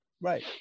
Right